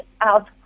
out